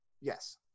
yes